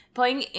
playing